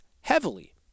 heavily